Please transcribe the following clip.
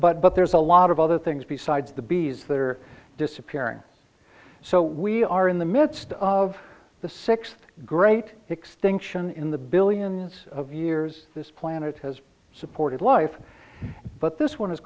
but there's a lot of other things besides the bees that are disappearing so we are in the midst of the sixth great extinction in the billions of years this planet has supported life but this one is